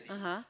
(uh huh)